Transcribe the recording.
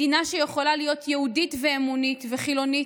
מדינה שיכולה להיות יהודית ואמונית וחילונית,